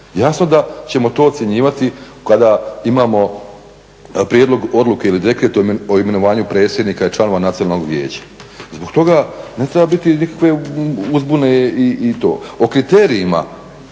jasno da ćemo to ocjenjivati kada imamo prijedlog odluke ili dekret o imenovanju predsjednika i članova Nacionalnog vijeća. Zbog toga ne treba biti nikakve uzbune i to. O kriterijima